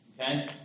Okay